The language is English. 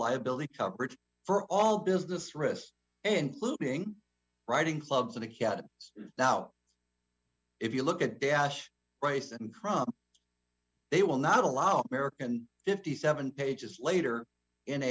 liability coverage for all business wrist and looping writing clubs and a cat now if you look at dash rice and crop they will not allow american fifty seven pages later in